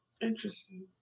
Interesting